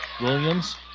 Williams